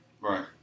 Right